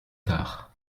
tard